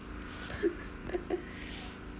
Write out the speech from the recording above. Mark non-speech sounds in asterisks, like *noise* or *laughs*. *laughs* *breath*